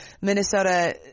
Minnesota